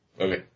Okay